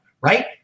right